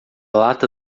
lata